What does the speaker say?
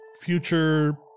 future